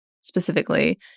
specifically